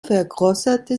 vergrößerte